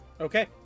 Okay